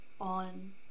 on